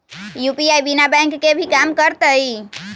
UPI बिना bank के भी कम करतै?